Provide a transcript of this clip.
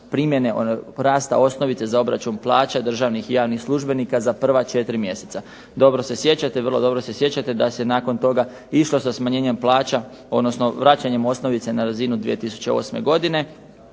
primjene, rasta osnovice za obračun plaća državnih i javnih službenika za prva 4 mjeseca. Dobro se sjećate, vrlo dobro se sjećate da se nakon toga išlo sa smanjenjem plaća, odnosno vraćanjem osnovice na razinu 2008. godine,